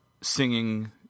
singing